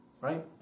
right